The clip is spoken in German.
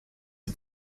die